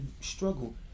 struggle